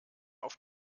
auf